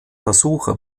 versuche